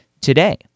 today